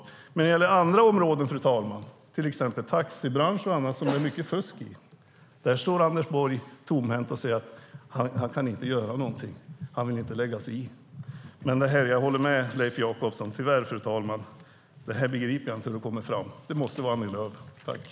Men när det gäller andra områdena, fru talman, till exempel taxibranschen och annat, där det är mycket fusk, där står Anders Borg tomhänt och säger att han inte kan göra något och inte vill lägga sig i. Jag håller tyvärr med Leif Jakobsson, fru talman: Det här begriper jag inte hur du kommer fram med. Det måste vara Annie Lööf.